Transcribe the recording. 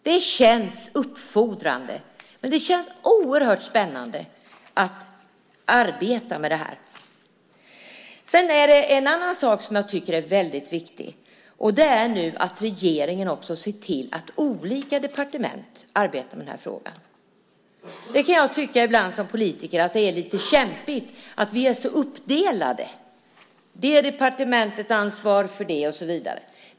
Det känns uppfordrande, men det känns också oerhört spännande att arbeta med det här. Det är en annan sak som jag tycker är väldigt viktig, och det är att regeringen nu också ser till att olika departement arbetar med den här frågan. Som politiker kan jag ibland tycka att det är lite kämpigt att vi är så uppdelade. Varje departement ansvarar för sitt.